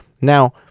Now